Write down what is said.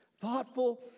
Thoughtful